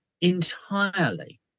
entirely